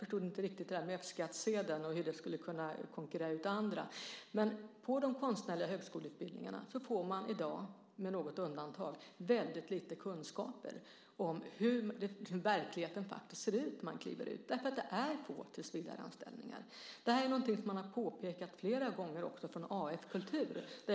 Jag förstod inte riktigt det som sades om F-skattsedeln och hur det skulle kunna konkurrera ut det andra. På de konstnärliga högskoleutbildningarna får man i dag, med något undantag, mycket lite kunskaper om hur verkligheten faktiskt ser ut när man kliver ut i den. Det finns få tillsvidareanställningar, vilket Af Kultur också påpekat ett flertal gånger när jag träffat dem.